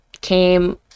Came